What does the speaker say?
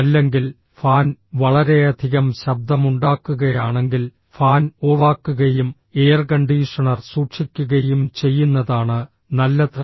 അല്ലെങ്കിൽ ഫാൻ വളരെയധികം ശബ്ദമുണ്ടാക്കുകയാണെങ്കിൽ ഫാൻ ഓഫാക്കുകയും എയർകണ്ടീഷണർ സൂക്ഷിക്കുകയും ചെയ്യുന്നതാണ് നല്ലത്